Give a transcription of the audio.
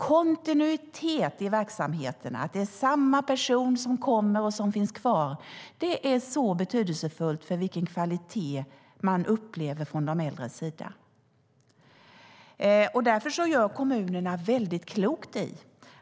Kontinuitet i verksamheterna - att det är samma person som kommer och som sedan finns kvar - är så betydelsefullt för vilken kvalitet man upplever från de äldres sida. Därför gör kommunerna klokt i